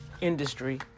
industry